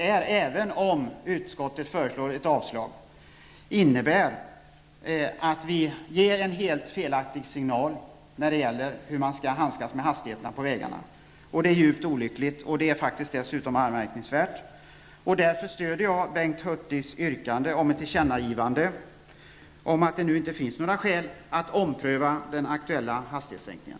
Även om utskottet föreslår ett avslag, innebär beslutet att riksdagen ger en helt felaktig signal när det gäller hur man skall handskas med hastigheten på vägarna. Det är djupt olyckligt, och det är faktiskt anmärkningsvärt. Därför stöder jag Bengt Hurtigs yrkande om ett tillkännagivande om att det nu inte finns några skäl att ompröva den aktuella hastighetssänkningen.